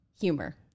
humor